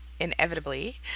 inevitably